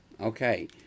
Okay